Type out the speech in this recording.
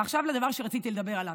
ועכשיו לדבר שרציתי לדבר עליו.